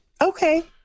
Okay